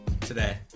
Today